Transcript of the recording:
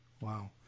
Wow